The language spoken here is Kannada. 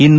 ಇನ್ನು